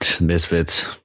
Misfits